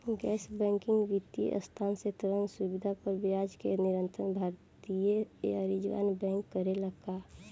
गैर बैंकिंग वित्तीय संस्था से ऋण सुविधा पर ब्याज के नियंत्रण भारती य रिजर्व बैंक करे ला का?